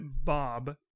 Bob